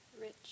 Rich